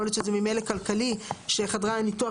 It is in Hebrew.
יכול להיות שזה ממילא כלכלי שחדרי הניתוח